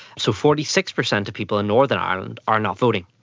so forty six percent of people in northern ireland are not voting.